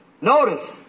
Notice